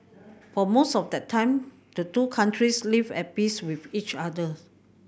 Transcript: for most of that time the two countries lived at peace with each other